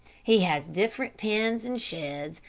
he has different pens and sheds,